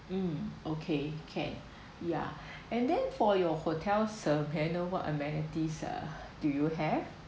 um okay can ya and then for your hotel uh may I know what amenities uh do you have